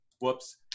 Whoops